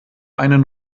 einen